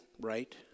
right